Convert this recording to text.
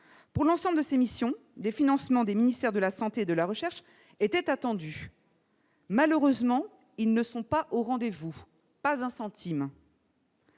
pour l'ensemble de ses missions des financements des ministères de la Santé et de la recherche était attendue. Malheureusement, ils ne sont pas au rendez-vous, pas un centime.